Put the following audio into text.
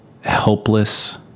helpless